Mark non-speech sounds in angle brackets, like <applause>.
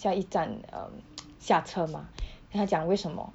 下一站 um <noise> 下车吗 <breath> then 他讲为什么